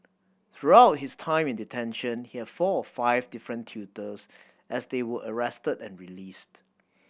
throughout his time in detention he had four or five different tutors as they were arrested and released